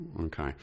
Okay